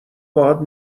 باهات